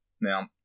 Now